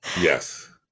Yes